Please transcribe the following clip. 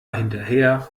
hinterher